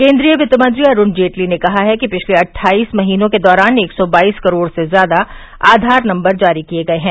केन्द्रीय वित्त मंत्री अरूण जेटली ने कहा है कि पिछले अट्ठाईस महीनों के दौरान एक सौ बाईस करोड़ से ज्यादा आधार नंबर जारी किए गए हैं